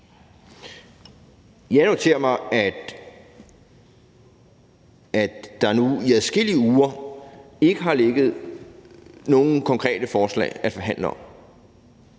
Jeg noterer mig, at der nu i adskillige uger ikke har ligget nogen konkrete forslag at forhandle om